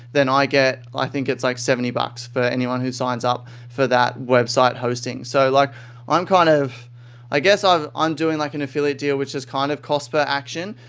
then i get, i think it's like seventy dollars for anyone who signs up for that website hosting. so like um kind of i guess, i'm um doing like an affiliate deal which is kind of cost per action.